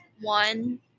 one